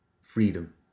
freedom